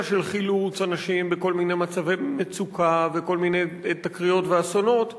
אלא של חילוץ אנשים בכל מיני מצבי מצוקה וכל מיני תקריות ואסונות,